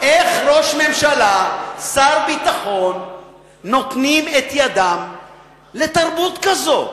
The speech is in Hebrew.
איך ראש ממשלה ושר ביטחון נותנים את ידם לתרבות כזאת.